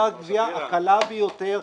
זו הגבייה הקלה ביותר,